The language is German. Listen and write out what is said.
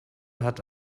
hat